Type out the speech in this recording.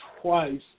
twice